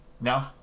No